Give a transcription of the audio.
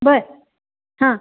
बरं हां